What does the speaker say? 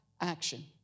action